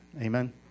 Amen